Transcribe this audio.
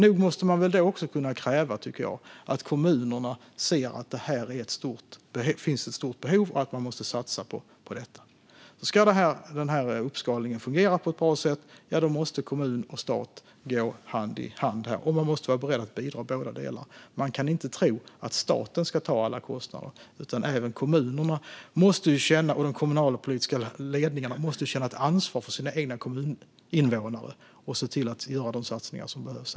Då måste man också kunna kräva, tycker jag, att kommunerna ser att det finns ett stort behov och att de satsar på detta. Ska denna uppskalning fungera på ett bra sätt måste kommun och stat gå hand i hand, och man måste vara beredd att bidra i båda delar. Man kan inte tro att staten ska ta alla kostnader. Även kommunerna och de kommunala politiska ledningarna måste känna ett ansvar för sina kommuninvånare och se till att göra de satsningar som behövs.